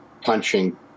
punching